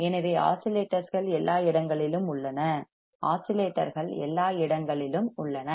எனவே ஆஸிலேட்டர்கள் எல்லா இடங்களிலும் உள்ளன ஆஸிலேட்டர்கள் எல்லா இடங்களிலும் உள்ளன